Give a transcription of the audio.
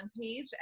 Page